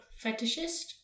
fetishist